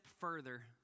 further